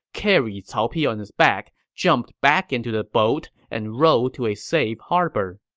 carried cao pi on his back, jumped back into the boat, and rowed to a safe harbor